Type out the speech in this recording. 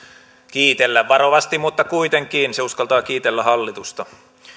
kiitellä varovasti mutta kuitenkin se uskaltaa kiitellä hallitusta